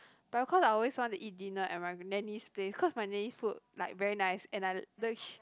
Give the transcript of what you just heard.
but of course I always want to eat dinner at my nanny's place cause my nanny's food like very nice and I the